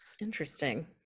Interesting